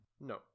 No